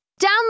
Download